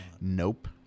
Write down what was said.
Nope